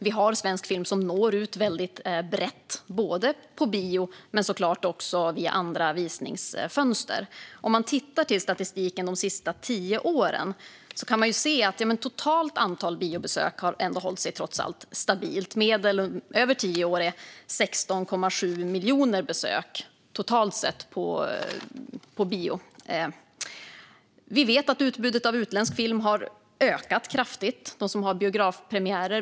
Vi har svensk film som når ut väldigt brett, både på bio och via andra visningsfönster. Om man tittar på statistiken för de senaste tio åren kan man se att det totala antalet biobesök har hållit sig stabilt - medel över tio år är 16,7 miljoner besök per år. Vi vet att utbudet av utländsk film som har biografpremiär har ökat kraftigt.